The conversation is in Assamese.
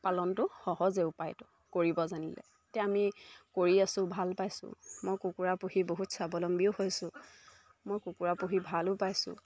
পালনটো সহজেই উপায়তো কৰিব জানিলে এতিয়া আমি কৰি আছোঁ ভাল পাইছোঁ মই কুকুৰা পুহি বহুত স্বাৱলম্বীও হৈছোঁ মই কুকুৰা পুহি ভালো পাইছোঁ